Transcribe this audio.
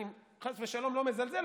אני חס ושלום לא מזלזל,